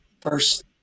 First